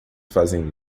fazem